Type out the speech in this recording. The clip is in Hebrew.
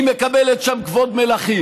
היא מקבלת שם כבוד מלכים.